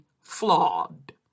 flawed